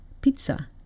pizza